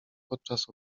podczas